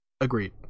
Agreed